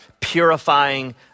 purifying